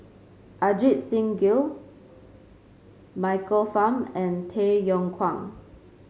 Ajit Singh Gill Michael Fam and Tay Yong Kwang